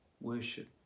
worship